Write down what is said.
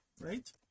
right